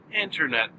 internet